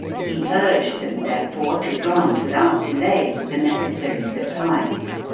he urged them, therefore, to grant, without delay, the necessary supplies.